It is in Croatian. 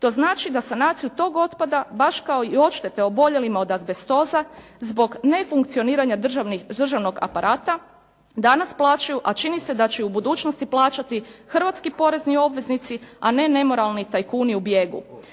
To znači da sanaciju tog opada, baš kao i odštete oboljelima od azbestoza, zbog nefunkcioniranja državnog aparata, danas plaćaju, a čini se da će i u budućnosti plaćati hrvatski porezni obveznici, a ne nemoralni tajkuni u bijegu.